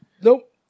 Nope